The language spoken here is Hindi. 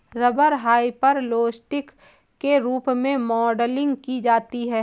रबर हाइपरलोस्टिक के रूप में मॉडलिंग की जाती है